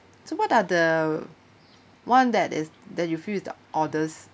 so what are the one that is that you feel is the oddest